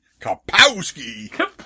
Kapowski